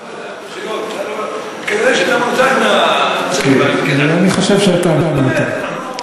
כנראה אתה מנותק אני חושב שאתה מנותק.